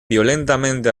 violentamente